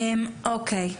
אוקיי.